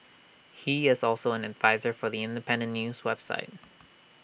he is also an adviser for The Independent news website